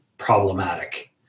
Problematic